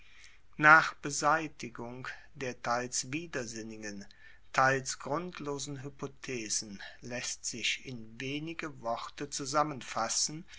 nach beseitigung der teils widersinnigen teils grundlosen hypothesen laesst sich in wenige worte zusammenfassen